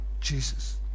Jesus